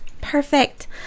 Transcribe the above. perfect